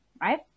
right